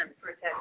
protect